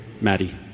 Maddie